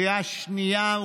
בקריאה שנייה,